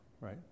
right